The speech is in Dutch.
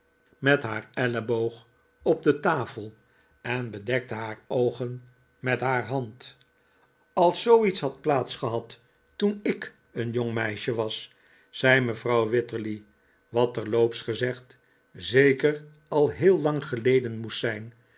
met haar elleboog op de tafel en bedekte haar oogen met haar hand als zooiets had plaats gehad toen ik een jong meisje was zei mevrouw wititterly wat terloops gezegd zeker al heel lang geleden moest zijn